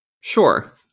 Sure